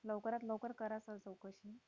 लवकरात लवकर करा सर चौकशी